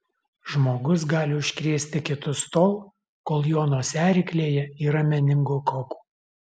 žmogus gali užkrėsti kitus tol kol jo nosiaryklėje yra meningokokų